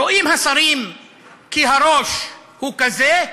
רואים השרים כי הראש הוא כזה,